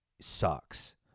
sucks